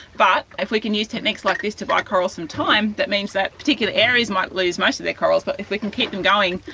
but if we can use techniques like this to buy corals some time, that means that particular areas might lose most of their corals but if we can keep them going,